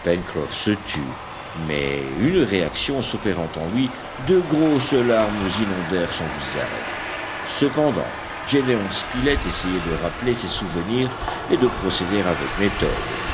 mais une réaction s'opérant en lui de grosses larmes inondèrent son visage cependant gédéon spilett essayait de rappeler ses souvenirs et de procéder avec méthode